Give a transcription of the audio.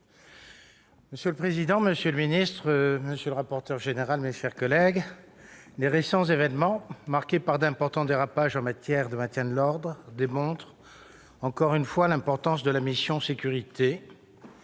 Monsieur le président, monsieur le secrétaire d'État, mes chers collègues, les récents événements, marqués par d'importants dérapages en matière de maintien de l'ordre, démontrent encore une fois l'importance de la mission « Sécurités